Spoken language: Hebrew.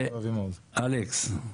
אלכס,